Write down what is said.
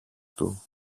του